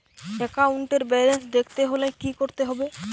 একাউন্টের ব্যালান্স দেখতে হলে কি করতে হবে?